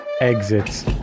exits